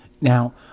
Now